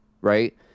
right